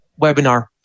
webinar –